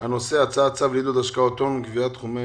הצעת צו לעידוד השקעות הון (קביעת תחומי